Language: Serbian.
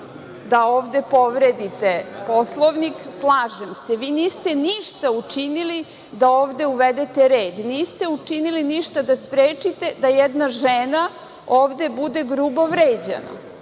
da ovde povredite Poslovnik, slažem se. Niste ništa učinili da ovde uvedete red. Niste učinili ništa da sprečite da jedna žena ovde bude grubo vređana. Nije